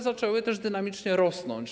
Zaczęły one dynamicznie rosnąć.